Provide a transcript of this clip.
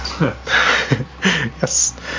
yes